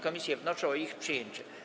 Komisje wnoszą o ich przyjęcie.